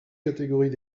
catégories